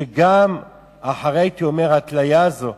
שגם אחרי, הייתי אומר, ההתליה הזאת,